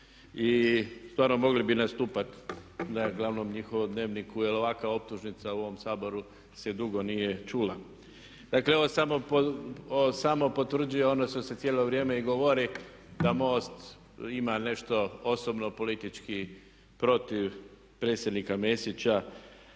i stvarno mogli biste nastupat na glavnom njihovom dnevniku jer ovakva optužnica u ovom Saboru se dugo nije čula. Dakle, ovo samo potvrđuje ono što se cijelo vrijeme i govori da MOST ima nešto osobno, politički protiv predsjednika Mesića